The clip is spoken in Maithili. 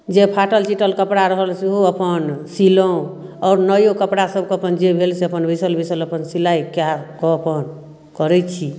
जे फाटल चिटल कपड़ा रहल सेहो अपन सिलहुँ आओर नयो कपड़ा सबके अपन जे भेल से अपन बैसल बैसल अपन सिलाइ कए कऽ कऽ करै छी